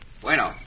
Bueno